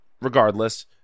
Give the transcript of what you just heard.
regardless